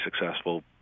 successful